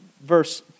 Verse